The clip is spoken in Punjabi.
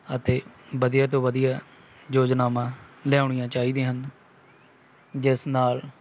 ਅਤੇ ਵਧੀਆ ਤੋਂ ਵਧੀਆ ਯੋਜਨਾਵਾਂ ਲਿਆਉਣੀਆਂ ਚਾਹੀਦੀਆਂ ਹਨ ਜਿਸ ਨਾਲ